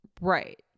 Right